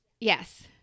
Yes